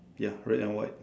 ya red and white